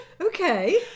Okay